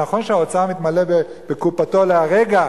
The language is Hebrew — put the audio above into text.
נכון שהאוצר מתמלא בקופתו להרגע,